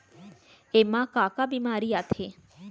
एमा का का बेमारी आथे?